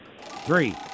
Three